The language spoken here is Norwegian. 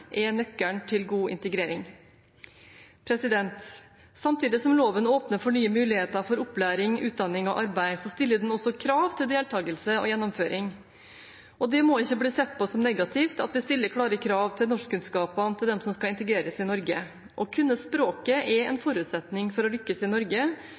er nøkkelen til god integrering. Samtidig som loven åpner for nye muligheter for opplæring, utdanning og arbeid, stiller den også krav til deltagelse og gjennomføring. Det må ikke bli sett på som negativt at vi stiller klare krav til norskkunnskapene til dem som skal integreres i Norge. Å kunne språket er en forutsetning for å lykkes i Norge,